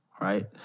right